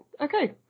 Okay